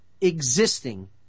existing